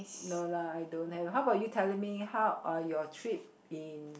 no lah I don't have how bout you telling me how uh your trip in